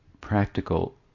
practical